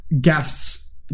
guests